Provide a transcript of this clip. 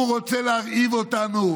הוא רוצה להרעיב אותנו.